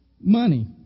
money